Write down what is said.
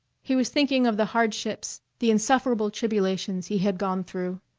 he was thinking of the hardships, the insufferable tribulations he had gone through.